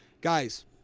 Guys